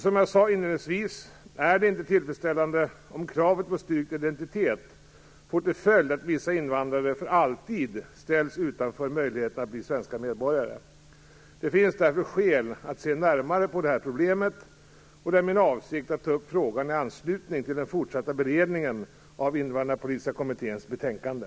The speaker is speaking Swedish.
Som jag sade inledningsvis är det inte tillfredsställande om kravet på styrkt identitet får till följd att vissa invandrare för alltid ställs utanför möjligheten att bli svenska medborgare. Det finns därför skäl att se närmare på det här problemet. Det är min avsikt att ta upp frågan i anslutning till den fortsatta beredningen av Invandrarpolitiska kommitténs betänkande